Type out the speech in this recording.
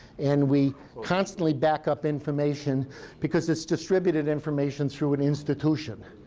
and we constantly back up information because it's distributed information through an institution.